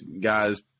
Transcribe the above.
guys